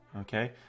Okay